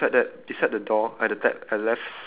ya there's like two four six eight squares